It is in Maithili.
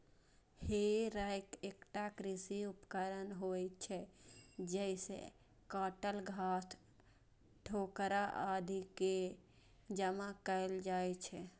हे रैक एकटा कृषि उपकरण होइ छै, जइसे काटल घास, ठोकरा आदि कें जमा कैल जाइ छै